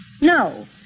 No